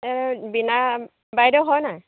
এই বীণা বাইদেউ হয় নাই